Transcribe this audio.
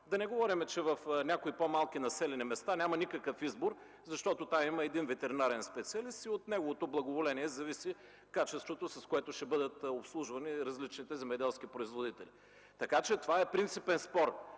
Да не говорим, че в някои по-малки населени места, няма никакъв избор, защото там има един ветеринарен специалист. От неговото благоволение зависи качеството, с което ще бъдат обслужвани различните земеделски производители. Това е принципен спор.